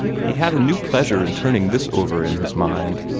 he had a new pleasure in turning this over in his mind.